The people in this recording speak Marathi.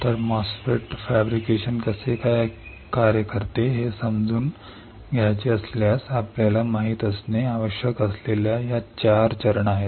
तर MOSFET फॅब्रिकेशन कसे कार्य करते हे समजून घ्यायचे असल्यास आपल्याला माहित असणे आवश्यक असलेल्या या 4 चरण आहेत